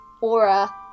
aura